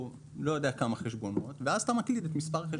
יודע כמה חשבונות ואז אתה מקיש את מספר החשבון.